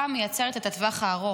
לא,